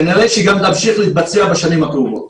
וכנראה שגם תמשיך להתבצע בשנים הקרובות.